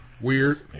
Weird